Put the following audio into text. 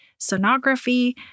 sonography